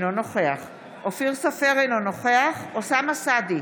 אינו נוכח אופיר סופר, אינו נוכח אוסאמה סעדי,